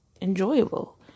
enjoyable